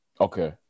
Okay